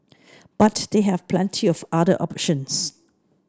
but they have plenty of other options